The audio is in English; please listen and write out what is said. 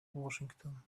washington